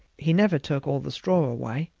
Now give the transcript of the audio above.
he never took all the straw away,